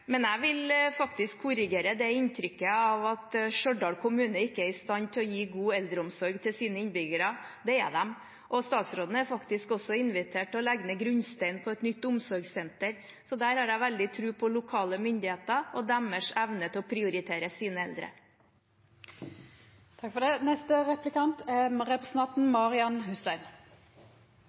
men jeg vil korrigere det inntrykket av at Stjørdal kommune ikke er i stand til å gi god eldreomsorg til sine innbyggere. Det er de. Statsråden er også blitt invitert til å legge ned grunnsteinen til et nytt omsorgssenter, så der har jeg stor tro på lokale myndigheter og deres evne til å prioritere sine eldre. Helsedirektoratet har opprettet et nasjonalt register hvor ledig helsepersonell kan registrere seg. Dette er